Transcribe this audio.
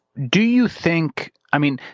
do you think, i mean,